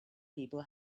people